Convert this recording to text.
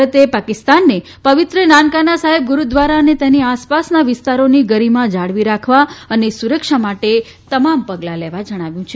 ભારતે પાકિસ્તાનને પવિત્ર નાનકાના સાહેબ ગુરુદ્વારા અને તેના આસપાસના વિસ્તારોની ગરીમા જાળવી રાખવા અને તેની સુરક્ષા માટે તમામ પગલાં લેવા જણાવ્યું છે